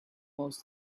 most